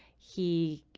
he,